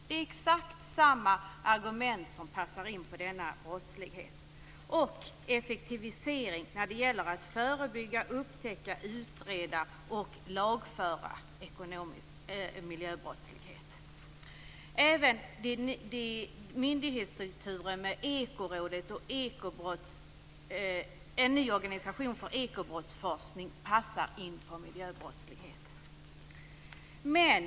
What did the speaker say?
Det är exakt samma argument som passar in på denna brottslighet. Slutligen handlar det om effektivisering när det gäller att förebygga, upptäcka, utreda och lagföra miljöbrottslighet. Även myndighetsstrukturen med Ekorådet och en ny organisation för ekobrottsforskning passar in på miljöbrottslighet.